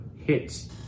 hits